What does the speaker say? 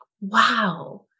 wow